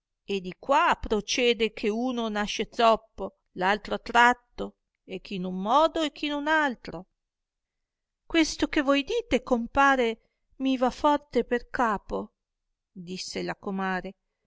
e di qua prociede che uno nasce zoppo l'altro attratto e chi in un modo e chi un altro questo che voi dite compare mi va forte per capo disse la comare